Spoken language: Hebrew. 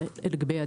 זה לגבי הדבש.